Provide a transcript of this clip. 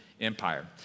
Empire